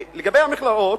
לגבי המכללות,